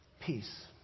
Peace